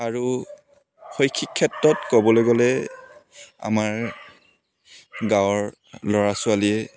আৰু শৈক্ষিক ক্ষেত্ৰত ক'বলৈ গ'লে আমাৰ গাঁৱৰ ল'ৰা ছোৱালীয়ে